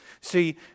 See